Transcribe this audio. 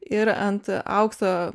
ir ant aukso